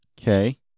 Okay